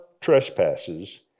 trespasses